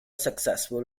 successful